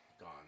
gone